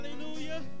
Hallelujah